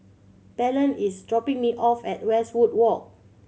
Belen is dropping me off at Westwood Walk